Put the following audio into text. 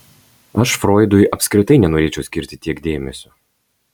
aš froidui apskritai nenorėčiau skirti tiek dėmesio